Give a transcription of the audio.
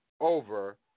over